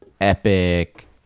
epic